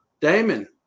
Damon